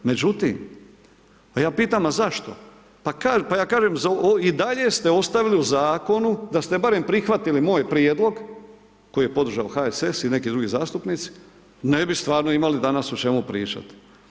Međutim, a ja pitam a zašto, pa ja kažem i dalje ste ostavili u zakonu da ste barem prihvatili moj prijedlog koji je podržao HSS i neki drugi zastupnici, ne bi stvarno imali danas o čemu pričat.